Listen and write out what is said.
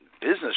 business